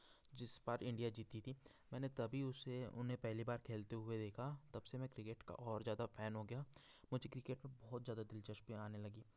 जिस बार इंडिया जीती थी मैंने तभी उसे उन्हें पहली बार खेलते हुए देखा तबसे मैं क्रिकेट का और ज़्यादा फैन हो गया मुझे क्रिकेट में बहुत ज़्यादा दिलचस्पी आने लगी